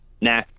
nah